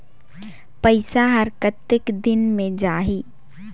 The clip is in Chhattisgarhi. पइसा हर कतेक दिन मे जाही?